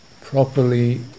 properly